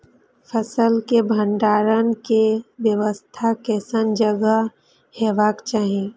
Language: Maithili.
फसल के भंडारण के व्यवस्था केसन जगह हेबाक चाही?